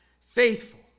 Faithful